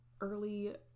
early